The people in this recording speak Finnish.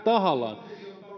tahallaan